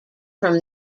from